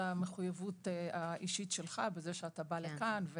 המחויבות האישית שלך וזה שאתה בא לכאן,